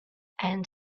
and